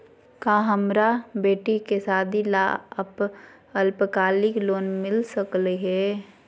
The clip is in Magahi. का हमरा बेटी के सादी ला अल्पकालिक लोन मिलता सकली हई?